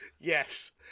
Yes